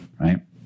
right